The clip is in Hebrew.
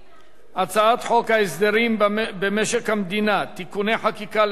הצעת חוק הסדרים במשק המדינה (תיקוני חקיקה להשגת יעדי התקציב)